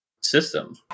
system